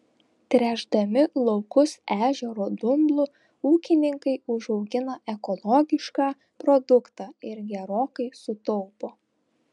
tręšdami laukus ežero dumblu ūkininkai užaugina ekologišką produktą ir gerokai sutaupo